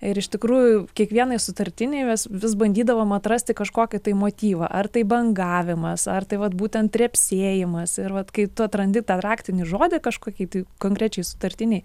ir iš tikrųjų kiekvienai sutartiniai mes vis bandydavom atrasti kažkokį tai motyvą ar tai bangavimas ar tai vat būtent trepsėjimas ir vat kai tu atrandi tą raktinį žodį kažkokį tai konkrečiai sutartiniai